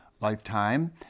lifetime